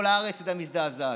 כל הארץ הייתה מזדעזעת.